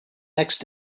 next